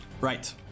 Right